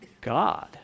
God